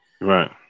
Right